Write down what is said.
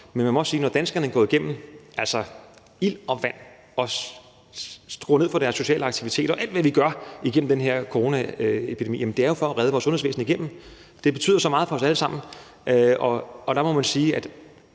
Men man må sige, at når danskerne er gået igennem ild og vand, har skruet ned for deres sociale aktiviteter og alt, hvad vi har gjort igennem den her coronaepidemi, så har det jo været for at redde vores sundhedsvæsen igennem det her. Det betyder så meget for os alle sammen. Og der må man sige, at